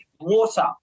water